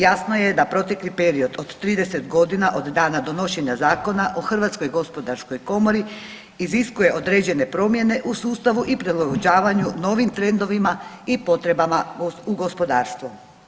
Jasno je da protekli period od trideset godina od dana donošenja Zakona o Hrvatskoj gospodarskoj komori, iziskuje određene promjene u sustavu i prilagođavanju novim trendovima i potrebama u gospodarstvu.